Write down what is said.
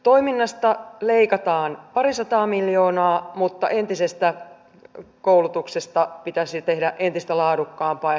toiminnasta leikataan parisataa miljoonaa mutta entisestä koulutuksesta pitäisi tehdä entistä laadukkaampaa ja sisältörikkaampaa